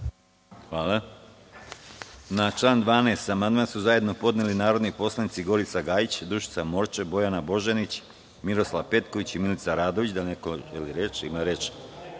(Ne)Na član 7. amandman su zajedno podneli narodni poslanici Gorica Gajić, Dušica Morčev, Bojana Božanić, Miroslav Petković i Milica Radović. Da li neko želi reč?